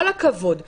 מצד שני,